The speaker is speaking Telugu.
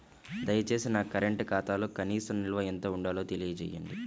దయచేసి నా కరెంటు ఖాతాలో కనీస నిల్వ ఎంత ఉండాలో తెలియజేయండి